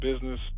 business